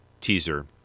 teaser